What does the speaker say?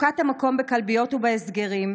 מצוקת המקום בכלביות ובהסגרים,